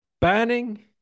banning